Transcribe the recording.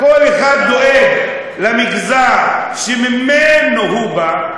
כל אחד דואג למגזר שממנו הוא בא.